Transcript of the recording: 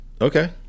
Okay